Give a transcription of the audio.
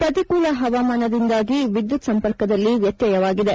ಪ್ರತಿಕೂಲ ಹವಾಮಾನದಿಂದಾಗಿ ವಿದ್ಯುತ್ ಸಂಪರ್ಕದಲ್ಲಿ ವ್ಯತ್ಯಯವಾಗಿದೆ